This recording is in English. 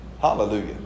Hallelujah